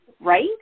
right